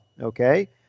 okay